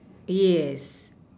yes